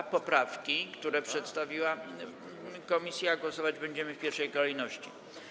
Nad poprawkami, które przedstawiła komisja, głosować będziemy w pierwszej kolejności.